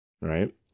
right